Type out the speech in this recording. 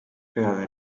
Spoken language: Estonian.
peale